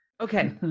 Okay